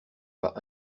pas